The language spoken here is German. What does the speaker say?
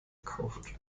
gekauft